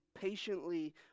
patiently